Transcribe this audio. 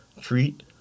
treat